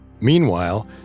Meanwhile